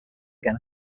again